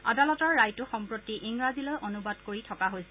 আদালতৰ ৰায়টো সম্প্ৰতি ইংৰাজীলৈ অনুবাদ কৰি থকা হৈছে